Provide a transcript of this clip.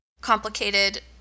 complicated